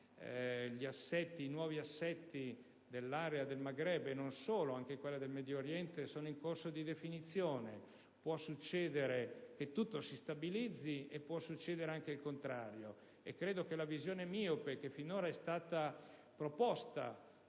I nuovi assetti dell'area del Maghreb e di quella del Medio Oriente sono in corso di definizione. Può succedere che tutto si stabilizzi, ma può succedere anche il contrario. Credo che la visione miope finora proposta